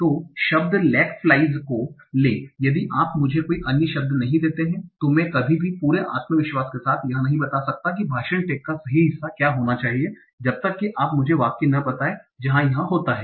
तो शब्द leg flies को लें यदि आप मुझे कोई अन्य शब्द नहीं देते हैं तो मैं कभी भी पूरे आत्मविश्वास के साथ यह नहीं बता सकता कि भाषण टैग का सही हिस्सा क्या होना चाहिए जब तक कि आप मुझे वह वाक्य न बताएं जहां यह होता है